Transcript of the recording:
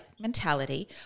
mentality